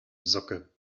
socke